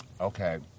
Okay